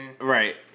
Right